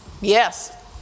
Yes